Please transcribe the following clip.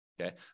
Okay